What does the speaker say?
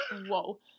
whoa